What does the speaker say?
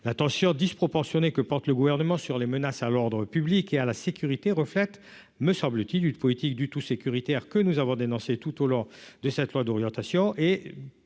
l'attention disproportionnée que porte le gouvernement sur les menaces à l'ordre public et à la sécurité reflète, me semble-t-il une politique du tout sécuritaire que nous avons dénoncé tout au long de cette loi d'orientation